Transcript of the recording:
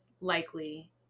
likely